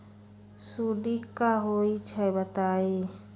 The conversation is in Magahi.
सुडी क होई छई बताई?